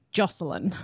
jocelyn